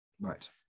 Right